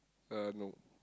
uh no